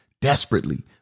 desperately